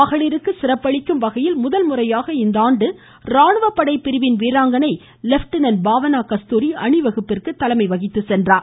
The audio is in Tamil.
மகளிருக்கு சிறப்பளிக்கும் வகையில் முதல்முறையாக இந்த ராணுவப்படை பிரிவின் வீராங்கணை லெப்டினன்ட் பாவனா கஸ்தூரி அணிவகுப்பிற்கு தலைமை வகித்து சென்றார்